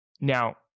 Now